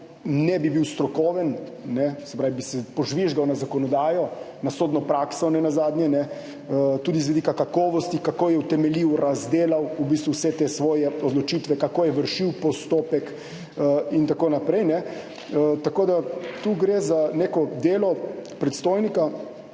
ne bi bil strokoven, bi se požvižgal na zakonodajo, na sodno prakso, nenazadnje tudi z vidika kakovosti, kako je utemeljil, razdelal vse te svoje odločitve, kako je vršil postopek in tako naprej. Tu gre za neko delo predstojnika,